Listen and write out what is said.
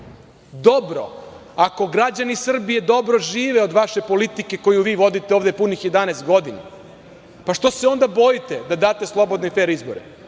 dobro, ako građani Srbije dobro žive od vaše politike koju vi vodite ovde punih 11 godina, pa što se onda bojite da date slobodne i fer izbore?